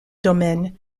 domaine